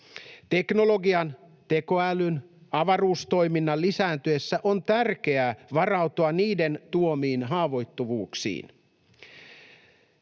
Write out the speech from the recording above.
Teknologian, tekoälyn ja avaruustoiminnan lisääntyessä on tärkeää varautua niiden tuomiin haavoittuvuuksiin.